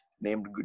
named